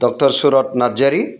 doctor Surat Narzary